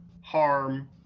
harm